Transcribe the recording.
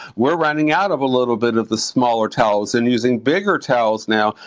we're running out of a little bit of the smaller towels and using bigger towels now,